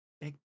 Big